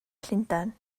llundain